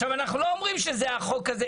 עכשיו אנחנו לא אומרים שזה החוק הזה,